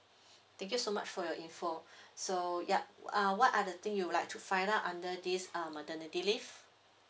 thank you so much for your info so yup uh what are the thing you would like to find out under this um maternity leave